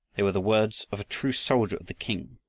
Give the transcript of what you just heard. they were the words of a true soldier of the king.